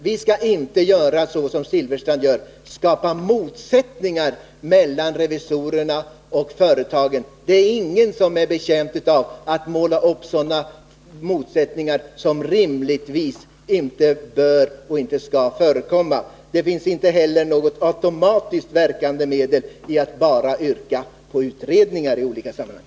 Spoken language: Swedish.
Vi skall inte, som Bengt Silfverstrand gör, skapa motsättningar mellan revisorerna och företagen. Ingen är betjänt av att motsättningar målas upp som rimligtvis inte bör och inte skall förekomma. Utredningar är inte heller något automatiskt verkande medel, och det hjälper inte att bara yrka på sådana i olika sammanhang.